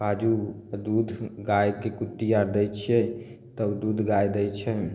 काजू दूध गायके कुट्टी आर दै छियै तब दूध गाय दै छै